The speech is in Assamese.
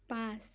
পাঁচ